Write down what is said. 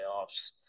playoffs